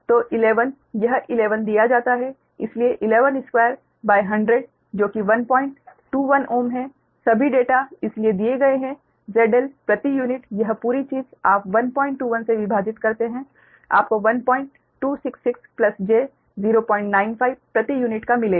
तो 11 यह 11 दिया जाता है इसलिए 112 100 जो कि 121 Ω है सभी डेटा इसलिए दिए गए हैं ZL प्रति यूनिट यह पूरी चीज़ आप 121 से विभाजित करते हैं आपको 1266 j 095 प्रति यूनिट का मिलेगा